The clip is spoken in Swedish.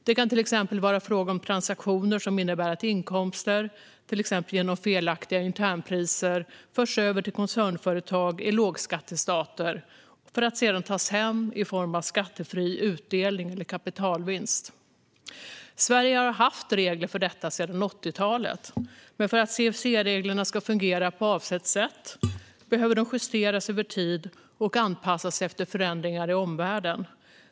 Det kan till exempel vara fråga om transaktioner som innebär att inkomster, exempelvis genom felaktiga internpriser, förs över till koncernföretag i lågskattestater för att sedan tas hem i form av skattefri utdelning eller kapitalvinst. Sverige har haft regler för detta sedan 80-talet. Men för att CFC-reglerna ska fungera på avsett sätt behöver de justeras över tid och anpassas efter förändringar i omvärlden.